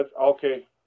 okay